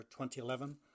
2011